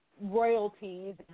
royalties